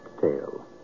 tale